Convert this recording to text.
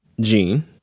Gene